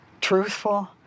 truthful